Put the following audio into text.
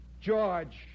George